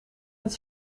met